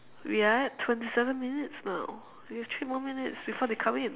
we're at twenty seven minutes now we have three more minutes before they come in